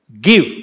Give